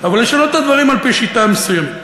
אבל לשנות את הדברים על-פי שיטה מסוימת.